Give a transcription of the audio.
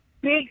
Big